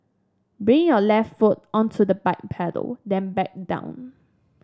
bring your left foot onto the bike pedal then back down